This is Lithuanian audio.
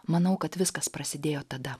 manau kad viskas prasidėjo tada